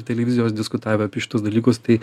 televizijos diskutavę apie šitus dalykus tai